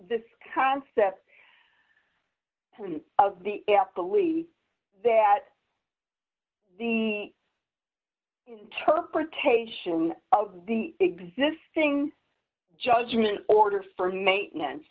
this concept of the belief that the interpretation of the existing judgment order for maintenance